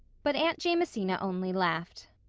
but aunt jamesina only laughed.